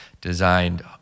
designed